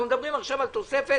אנחנו מדברים עכשיו על תוספת